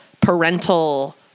parental